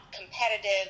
competitive